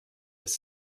his